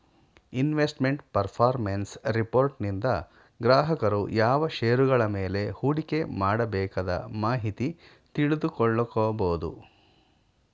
investment performance ರಿಪೋರ್ಟನಿಂದ ಗ್ರಾಹಕರು ಯಾವ ಶೇರುಗಳ ಮೇಲೆ ಹೂಡಿಕೆ ಮಾಡಬೇಕದ ಮಾಹಿತಿ ತಿಳಿದುಕೊಳ್ಳ ಕೊಬೋದು